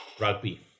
rugby